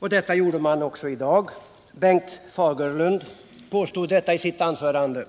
Så blev också fallet i dag då Bengt Fagerlund påstod detta i sitt anförande.